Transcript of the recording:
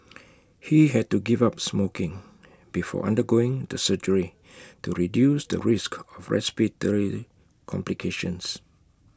he had to give up smoking before undergoing the surgery to reduce the risk of respiratory complications